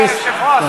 היושב-ראש,